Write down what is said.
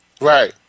Right